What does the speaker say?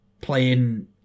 playing